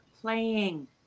playing